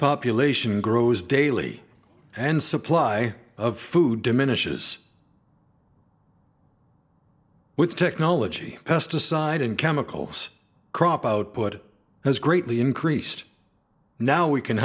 population grows daily and supply of food diminishes with technology pesticide and chemicals crop output has greatly increased now we can